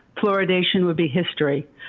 fluoridation would be history.